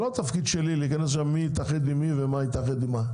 זה לא התפקיד שלי להיכנס מי יתאחד עם מי ומה יתאחד עם מה,